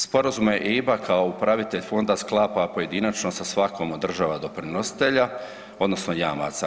Sporazume EIB-a kao upravitelj fonda sklapa pojedinačno sa svakom od država doprinositelja odnosno jamaca.